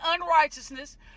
unrighteousness